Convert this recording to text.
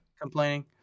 Complaining